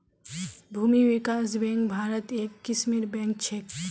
भूमि विकास बैंक भारत्त एक किस्मेर बैंक छेक